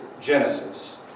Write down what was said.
Genesis